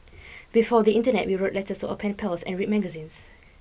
before the internet we wrote letters to our pen pals and read magazines